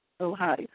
Ohio